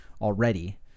already